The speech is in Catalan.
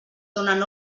donen